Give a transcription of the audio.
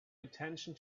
attention